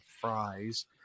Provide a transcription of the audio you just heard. fries